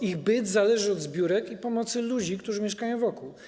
Ich byt zależy od zbiórek i pomocy ludzi, którzy mieszkają wokół.